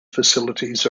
facilities